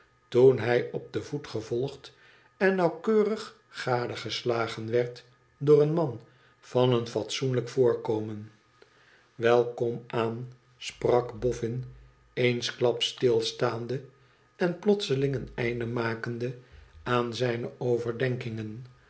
toen hij op den voet gevolgd en nauwkeurig gadegeslagen werd door een man van een fatsoenlijk voorkomen wel kom aan sprak boffin eensklaps stilstaande en plotseling een dnde makende aan zijne overdenkingen